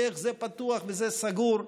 ואיך זה פתוח וזה סגור,